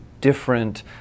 different